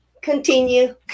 continue